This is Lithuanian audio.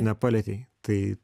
nepalietei tai